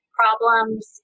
problems